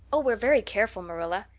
oh, we're very careful, marilla.